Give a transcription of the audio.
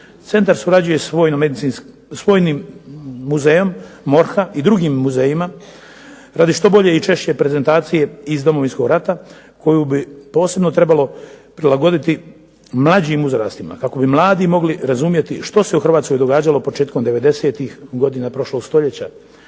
Centar surađuje s Vojnim muzejom MORH-a i drugim muzejima radi što bolje i češće prezentacije iz Domovinskog rata koju bi posebno trebalo prilagoditi mlađim uzrastima kako bi mladi mogli razumjeti što se u Hrvatskoj događalo početkom devedesetih godina prošlog stoljeća.